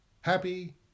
happy